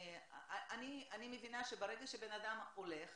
אני מבינה שברגע שבן אדם הולך